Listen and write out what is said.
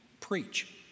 preach